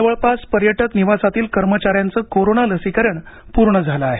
जवळपास पर्यटक निवासातील कर्मचाऱ्यांचे कोरोना लसीकरण पूर्ण झाले आहे